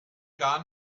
gar